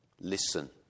Listen